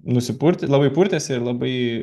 nusipurtyt labai purtėsi ir labai